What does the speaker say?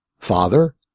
Father